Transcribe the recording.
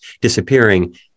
disappearing